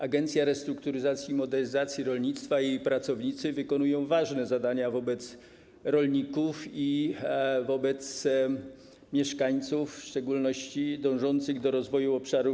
Agencja Restrukturyzacji i Modernizacji Rolnictwa i jej pracownicy wykonują ważne zadania wobec rolników i wobec mieszkańców, w szczególności dążących do rozwoju obszarów